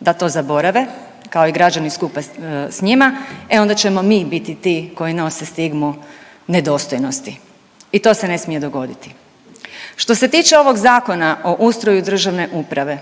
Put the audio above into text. da to zaborave, kao i građani skupa s njima, e onda ćemo mi biti ti koji nose stigmu nedostojnosti i to se ne smije dogoditi. Što se tiče ovog Zakona o ustroju državne uprave